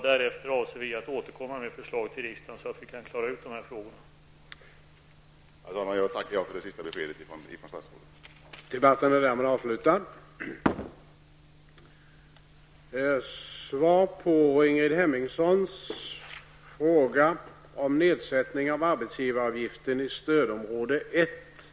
Därefter avser regeringen att framlägga ett förslag till riksdagen så att dessa frågor kan klaras ut.